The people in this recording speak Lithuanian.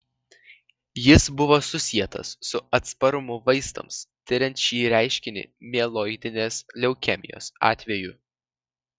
jis buvo susietas su atsparumu vaistams tiriant šį reiškinį mieloidinės leukemijos atveju